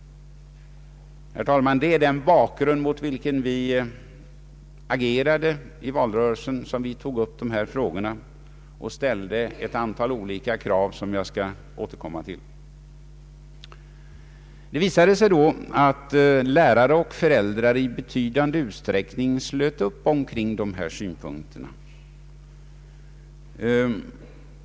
Herr talman! Mot denna bakgrund agerade vi i valrörelsen, tog upp dessa frågor och ställde olika krav, som jag skall återkomma till. Det visade sig då att lärare och föräldrar i betydande utsträckning slöt upp kring dessa synpunkter.